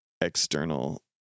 external